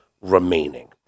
remaining